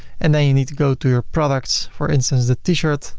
and then you need to go to your products for instance the t-shirt,